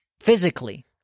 physically